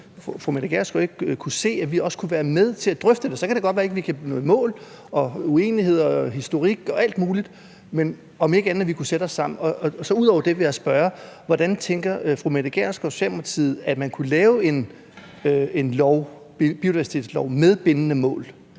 fru Mette Gjerskov ikke kan se, at vi også kan være med til at drøfte den. Det kan så godt være, at vi ikke kan nå i mål, og der kan være uenigheder, en historik og alt muligt, men kan vi ikke sætte os sammen? Ud over det vil jeg spørge: Hvordan tænker fru Mette Gjerskov og Socialdemokratiet, at man kan lave en biodiversitetslov med bindende mål?